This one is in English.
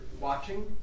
watching